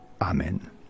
amen